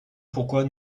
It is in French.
pourquoi